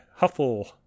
huffle